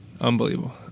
unbelievable